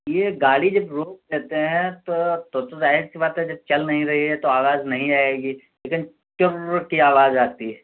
یہ گاڑی جب روک دیتے ہیں تو تب تو ظاہر سی بات ہے جب چل نہیں رہی ہے تو آواز نہیں آئے گی لیکن ٹررر کی آواز آتی ہے